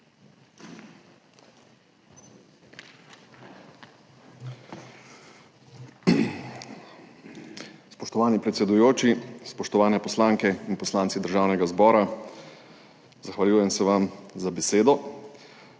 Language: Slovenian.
Spoštovani predsedujoči, spoštovane poslanke in poslanci Državnega zbora! Zahvaljujem se vam za besedo.